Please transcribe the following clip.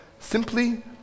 Simply